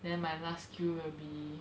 then my last skill will be